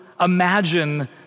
imagine